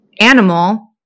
animal